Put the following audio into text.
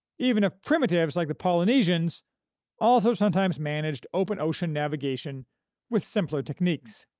even if primitives like the polynesians also sometimes managed open-ocean navigation with simpler techniques.